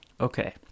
Okay